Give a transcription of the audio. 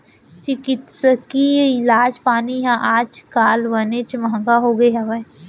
चिकित्सकीय इलाज पानी ह आज काल बनेच महँगा होगे हवय